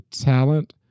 talent